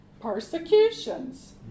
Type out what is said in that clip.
persecutions